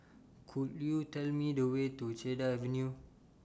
Could YOU Tell Me The Way to Cedar Avenue